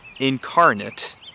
incarnate